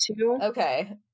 Okay